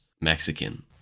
Mexican